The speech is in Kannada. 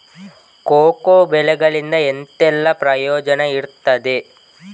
ಕೋಕೋ ಬೆಳೆಗಳಿಂದ ಎಂತೆಲ್ಲ ಪ್ರಯೋಜನ ಇರ್ತದೆ?